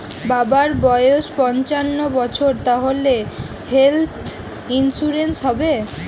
বাবার বয়স পঞ্চান্ন বছর তাহলে হেল্থ ইন্সুরেন্স হবে?